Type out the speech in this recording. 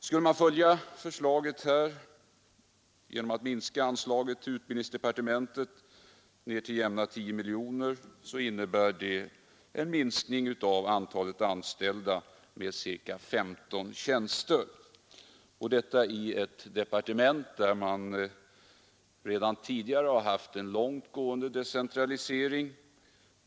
Om man följde förslaget att minska anslaget till departementet till jämnt 10 miljoner kronor skulle det innebära en minskning av antalet anställda med ca 15 — och detta i ett departement där man redan tidigare har genomfört en långtgående decentralisering.